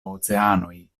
oceanoj